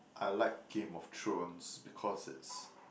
I like Game of Thrones because it's